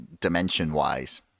dimension-wise